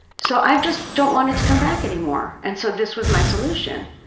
so i just don't want it to come back anymore. and so this was my solution.